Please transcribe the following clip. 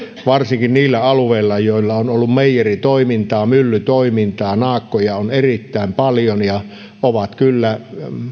varsinkin niillä alueilla joilla on ollut meijeritoimintaa myllytoimintaa naakkoja on erittäin paljon ne ovat kyllä